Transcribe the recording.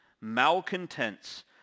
malcontents